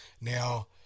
Now